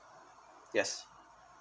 yes